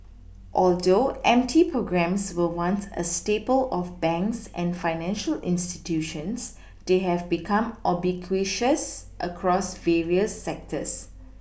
although M T programmes were once a staple of banks and financial institutions they have become ubiquitous across various sectors